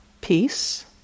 peace